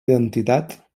identitat